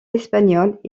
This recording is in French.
espagnols